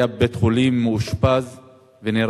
היום יום רביעי, ח' בשבט התשע"ב,